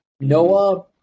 Noah